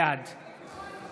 בעד